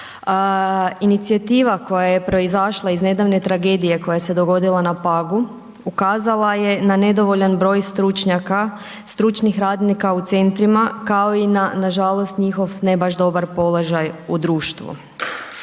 Inicijativa koja je proizašla iz nedavne tragedije koja se dogodila na Pagu ukazala je na nedovoljan broj stručnjaka, stručnih radnika u centrima kao i na nažalost njihov ne baš dobar položaj u društvu.